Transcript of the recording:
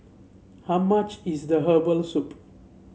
how much is the Herbal Soup